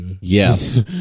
Yes